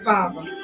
Father